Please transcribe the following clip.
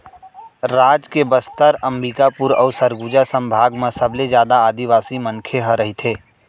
राज के बस्तर, अंबिकापुर अउ सरगुजा संभाग म सबले जादा आदिवासी मनखे ह रहिथे